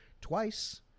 twice